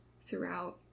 throughout